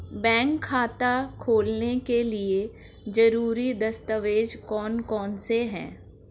Bank खाता खोलने के लिए ज़रूरी दस्तावेज़ कौन कौनसे हैं?